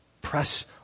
Press